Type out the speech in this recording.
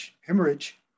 hemorrhage